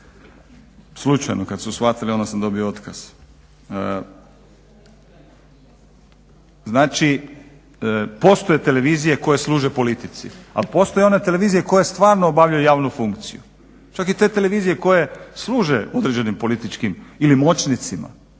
slučajno kada su shvatili onda sam dobio otkaz. Znači postoje televizije koje služe politici, ali postoje one televizije koje stvarno obavljaju javnu funkciju. Čak i te televizije koje služe određenim političkim ili moćnicima